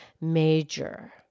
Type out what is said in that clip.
Major